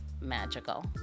magical